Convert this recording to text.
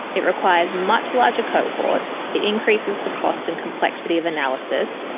it requires much larger cohorts, it increases the cost and complexity of analysis,